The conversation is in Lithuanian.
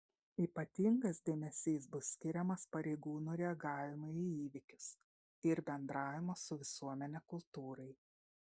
ypatingas dėmesys bus skiriamas pareigūnų reagavimui į įvykius ir bendravimo su visuomene kultūrai